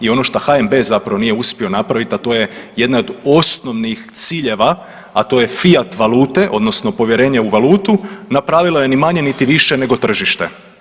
I ono šta HNB zapravo nije uspio napravit, a to je jedna od osnovnih ciljeva, a to je fijat valute odnosno povjerenje u valutu, napravilo je ni manje niti više nego tržište.